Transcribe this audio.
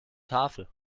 tafel